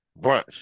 brunch